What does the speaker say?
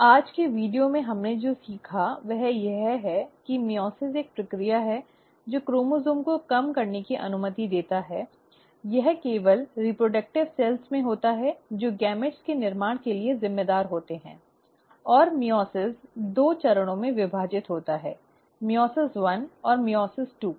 तो आज के वीडियो में हमने जो सीखा है वह यह है कि मइओसिस एक प्रक्रिया है जो क्रोमोसोम् को कम करने की अनुमति देता है यह केवल रीप्रडक्टिव कोशिकाओं में होता है जो युग्मकों के निर्माण के लिए जिम्मेदार होते हैं और मइओसिस दो चरणों में विभाजित होता है मइओसिस एक और मइओसिस दो